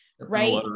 right